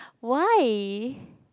why